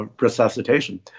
resuscitation